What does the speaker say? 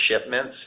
shipments